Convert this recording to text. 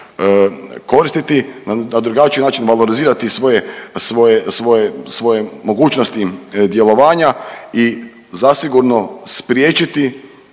koristiti, na drugačiji način valorizirati svoje, svoje, svoje, svoje mogućnosti djelovanja i zasigurno spriječiti